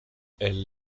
elle